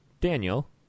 Daniel